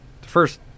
first